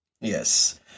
yes